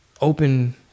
open